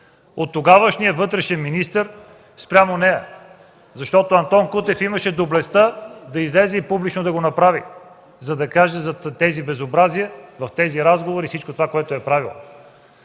от тогавашния вътрешен министър спрямо нея? Защото Антон Кутев имаше доблестта да излезе и публично да го направи, за да каже за тези безобразия в тези разговори – всичко това, което е правил.